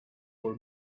for